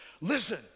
Listen